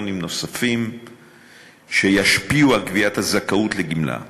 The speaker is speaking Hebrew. קריטריונים נוספים שישפיעו על קביעת הזכאות לגמלה,